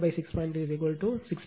3 16 hertz